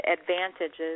advantages